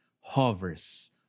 hovers